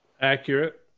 Accurate